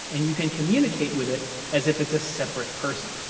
and you can communicate with it as if it's a separate person.